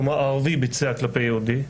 כלומר ערבי ביצע כלפי יהודי,